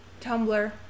tumblr